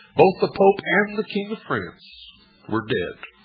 both the pope and the king of france were dead,